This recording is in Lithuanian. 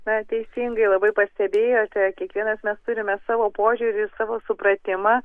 na teisingai labai pastebėjote kiekvienas mes turime savo požiūrį savo supratimą